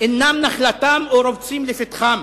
אינן נחלתו או רובצות לפתחו.